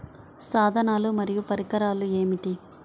సాధనాలు మరియు పరికరాలు ఏమిటీ?